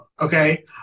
Okay